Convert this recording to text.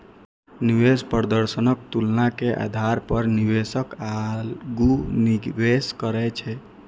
निवेश प्रदर्शनक तुलना के आधार पर निवेशक आगू निवेश करै छै